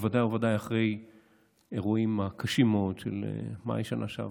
בוודאי אחרי האירועים הקשים מאוד של מאי בשנה שעברה.